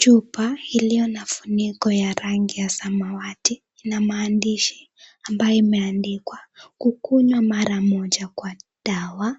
Chupa ilio na funiko ya rangi ya samawati ina maandishi ambayo imeandikwa, kukunywa mara moja kwa dawa